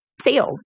sales